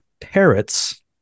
parrots